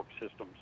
systems